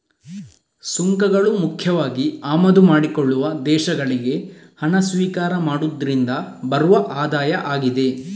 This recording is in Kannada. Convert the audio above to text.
ಸುಂಕಗಳು ಮುಖ್ಯವಾಗಿ ಆಮದು ಮಾಡಿಕೊಳ್ಳುವ ದೇಶಗಳಿಗೆ ಹಣ ಸ್ವೀಕಾರ ಮಾಡುದ್ರಿಂದ ಬರುವ ಆದಾಯ ಆಗಿದೆ